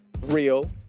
real